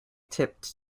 tipped